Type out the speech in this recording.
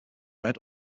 red